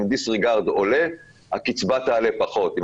אם הדיסריגרד עולה אז הקצבה תעלה פחות ואם